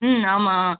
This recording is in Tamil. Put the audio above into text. ம் ஆமாம்